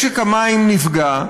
משק המים נפגע,